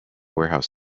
warehouse